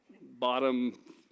bottom